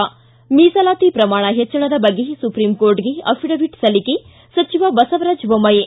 ಿ ಮೀಸಲಾತಿ ಪ್ರಮಾಣ ಹೆಚ್ಚಳದ ಬಗ್ಗೆ ಸುಪ್ರೀಂಕೋರ್ಟ್ಗೆ ಅಫಿಡವಿಟ್ ಸಲ್ಲಿಕೆ ಸಚಿವ ಬಸವರಾಜ್ ಬೊಮ್ನಾಯಿ